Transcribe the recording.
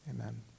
amen